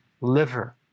liver